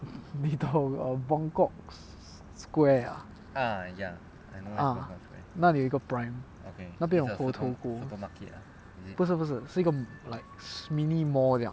你懂 err buangkok square ah ah 那里有一个 Prime 那边有猴头菇不是不是是一个 mini mall 这样